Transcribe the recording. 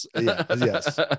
yes